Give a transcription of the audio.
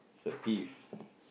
he's a thief